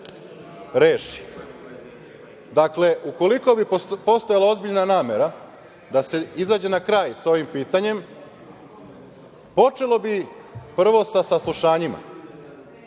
reši. Dakle, ukoliko bi postojala ozbiljna namera da se izađe na kraj sa ovim pitanjem, počelo bi prvo sa saslušanjima,